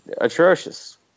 atrocious